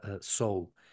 soul